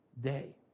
day